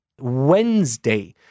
Wednesday